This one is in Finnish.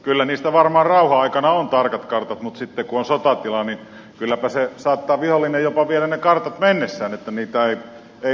kyllä niistä varmaan rauhan aikana on tarkat kartat mutta sitten kun on sotatila niin kylläpä saattaa vihollinen jopa viedä ne kartat mennessään niin että niitä ei löydy